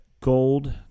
gold